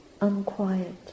unquiet